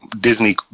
Disney